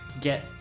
get